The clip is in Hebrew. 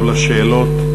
עכשיו לשאלות.